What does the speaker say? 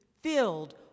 filled